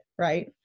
right